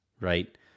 right